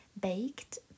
baked